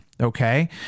Okay